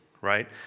right